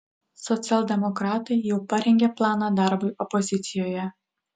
socialdemokratai jau parengė planą darbui opozicijoje